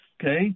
okay